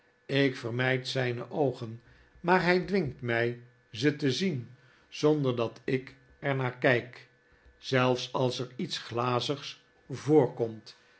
ik vermijd zijne oogen maar hij dwingt mij ze te zien zonder dat ik er naar kijk zelf s als er lets glazigs voor